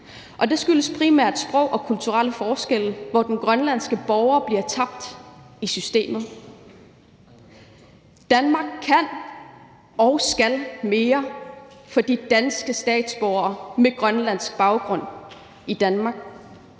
og det skyldes primært sproglige og kulturelle forskelle, hvor de grønlandske borgere bliver tabt i systemet. Danmark kan og skal mere – for de danske statsborgere med grønlandsk baggrund i Danmark.